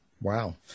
wow